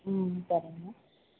ம் சரிங்க